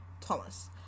Thomas